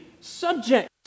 subject